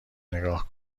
نگاه